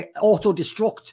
auto-destruct